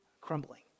crumbling